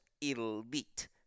elite